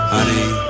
Honey